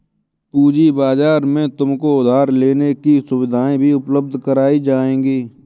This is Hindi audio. पूँजी बाजार में तुमको उधार लेने की सुविधाएं भी उपलब्ध कराई जाएंगी